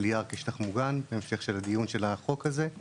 יער כשטח מוגן בהמשך של הדיון של החוק הזה;